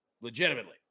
Legitimately